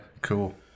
Cool